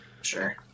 Sure